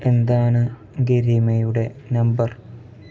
എന്താണ് ഗരിമയുടെ നമ്പർ